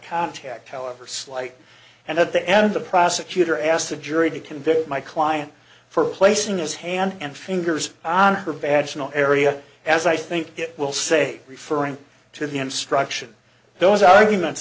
contact however slight and at the end the prosecutor asked the jury to convict my client for placing his hand and fingers on her bad area as i think it will say referring to the instruction those arguments